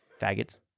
Faggots